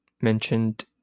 mentioned